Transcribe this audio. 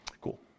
Cool